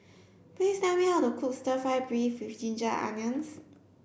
please tell me how to cook stir fry beef with ginger onions